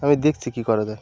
আমি দেখছি কী করা যায়